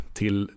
till